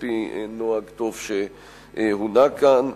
על-פי נוהג טוב שהונהג כאן,